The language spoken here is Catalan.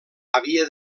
havia